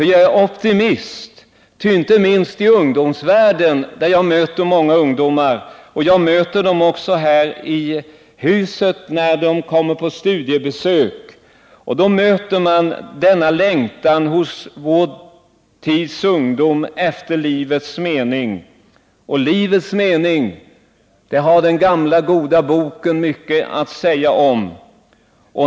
Jag är optimist, ty inte minst hos många av vår tids ungdomar — jag träffar dem också här i huset när de kommer på studiebesök — möter man en längtan efter livets mening. Och livets mening har den gamla goda boken mycket att säga om.